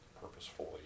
purposefully